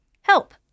help